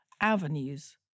avenues